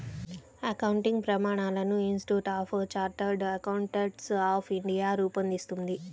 accounting ప్రమాణాలను institute of chartered accountants of India రూపొందిస్తుంది